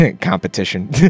competition